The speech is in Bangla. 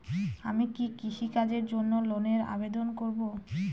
আমি কি কৃষিকাজের জন্য লোনের আবেদন করব?